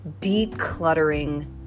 decluttering